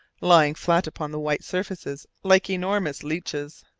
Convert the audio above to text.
lying flat upon the white surfaces like enormous leeches.